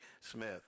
Smith